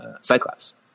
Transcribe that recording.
Cyclops